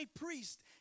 priest